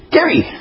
Gary